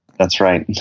that's right.